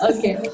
Okay